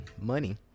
money